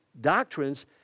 doctrines